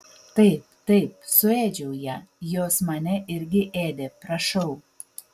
taip taip suėdžiau ją jos mane irgi ėdė prašau